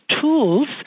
tools